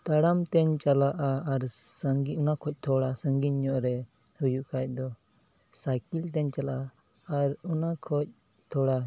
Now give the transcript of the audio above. ᱛᱟᱲᱟᱢᱛᱤᱧ ᱪᱟᱞᱟᱜᱼᱟ ᱥᱟᱺᱜᱤᱧ ᱚᱱᱟ ᱠᱷᱚᱡ ᱛᱷᱚᱲᱟ ᱥᱟᱺᱜᱤᱧ ᱧᱚᱜᱼᱨᱮ ᱦᱩᱭᱩᱜ ᱠᱷᱟᱡ ᱫᱚ ᱥᱟᱭᱠᱮᱞᱛᱤᱧ ᱪᱟᱞᱟᱜᱼᱟ ᱟᱨ ᱚᱱᱟ ᱠᱷᱚᱡ ᱛᱷᱚᱲᱟ